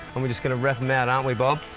and we're just gonna rep them out, aren't we bob?